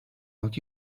not